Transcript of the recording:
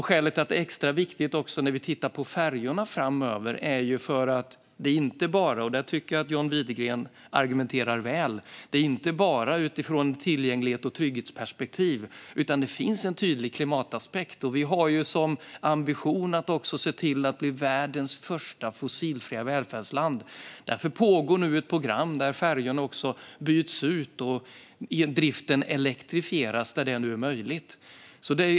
Skälet till att det är extra viktigt när vi tittar på färjorna framöver - och här tycker jag att John Widegren argumenterar väl - är att detta inte bara görs utifrån ett tillgänglighets och trygghetsperspektiv, utan det finns också en tydlig klimataspekt. Vi har ju som ambition att se till att bli världens första fossilfria välfärdsland. Därför pågår nu ett program där färjorna byts ut och där driften elektrifieras där detta är möjligt.